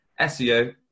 SEO